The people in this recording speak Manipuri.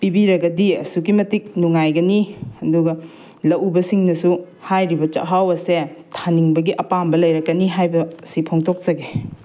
ꯄꯤꯕꯤꯔꯒꯗꯤ ꯑꯁꯨꯛꯀꯤ ꯃꯇꯤꯛ ꯅꯨꯡꯉꯥꯏꯒꯅꯤ ꯑꯗꯨꯒ ꯂꯧ ꯎꯕꯁꯤꯡꯅꯁꯨ ꯍꯥꯏꯔꯤꯕ ꯆꯥꯛꯍꯥꯎ ꯑꯁꯦ ꯊꯥꯅꯤꯡꯕꯒꯤ ꯑꯄꯥꯝꯕ ꯂꯩꯔꯛꯀꯅꯤ ꯍꯥꯏꯕꯁꯤ ꯐꯣꯡꯇꯣꯛꯆꯒꯦ